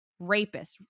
Rapists